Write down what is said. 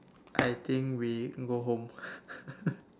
I think we go home